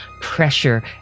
pressure